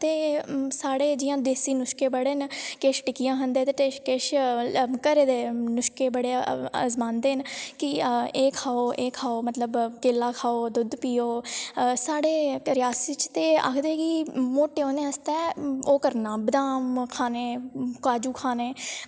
ते साढ़े जियां देसी नुस्खे बड़े न किश टिक्कियां खंदे ते किश किश घरै दे नुस्खे बड़े अज़मांदे न कि एह् खाओ एह् खाओ मतलब केला खाओ दुद्ध पियो साढ़े रियासी च आखदे कि मोटे होने आस्तै ओह् करना बदाम खाने काजू खाने